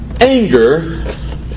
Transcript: anger